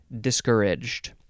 discouraged